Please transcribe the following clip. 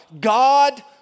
God